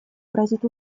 грозит